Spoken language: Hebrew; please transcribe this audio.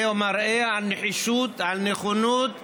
זה מראה על נחישות, על נכונות,